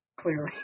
Clearly